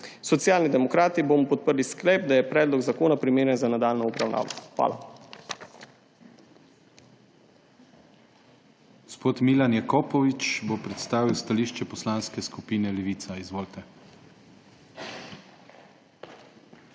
Socialni demokrati bomo podprli sklep, da je predlog zakona primeren za nadaljnjo obravnavo. Hvala.